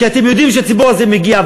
כי אתם יודעים שהציבור הזה מגיע,